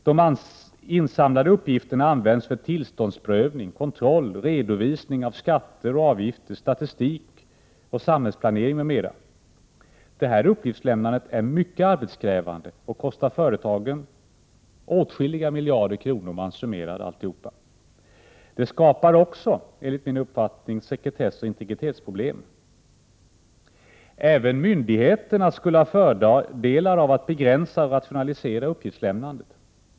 De insamlade uppgifterna används för tillståndsprövning, kontroll, redovisning av skatter och avgifter, statistik och samhällsplanering m.m. Uppgiftslämnandet är mycket arbetskrävande och kostar företagen åtskilliga miljarder kronor, om man summerar alltihop. Det skapar också sekretessoch integritetsproblem. Även myndigheterna skulle ha fördelar av att begränsa och rationalisera uppgiftsinhämtandet.